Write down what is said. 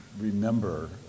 remember